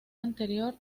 anterior